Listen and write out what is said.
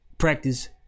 practice